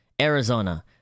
arizona